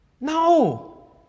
No